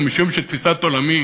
ומשום שתפיסת עולמי